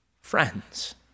friends